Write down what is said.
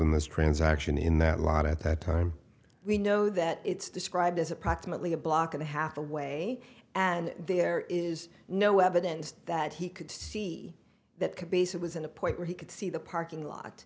in this transaction in that light at that time we know that it's described as approximately a block and a half away and there is no evidence that he could see that could be said was in a point where he could see the parking lot